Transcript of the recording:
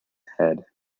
head